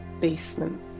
basement